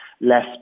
less